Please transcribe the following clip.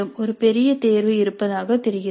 ஒரு பெரிய தேர்வு இருப்பதாக தெரிகிறது